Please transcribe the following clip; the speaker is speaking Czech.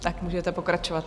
Tak můžete pokračovat.